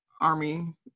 army